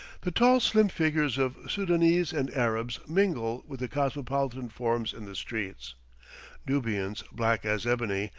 the tall, slim figures of soudanese and arabs mingle with the cosmopolitan forms in the streets nubians black as ebony,